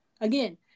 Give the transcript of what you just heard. Again